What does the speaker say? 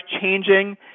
changing